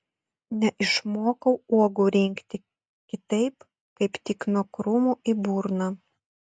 neišmokau uogų rinkti kitaip kaip tik nuo krūmų į burną